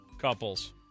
Couples